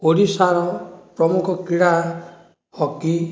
ଓଡ଼ିଶାର ପ୍ରମୁଖ କ୍ରୀଡ଼ା ହକି